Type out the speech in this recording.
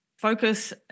Focus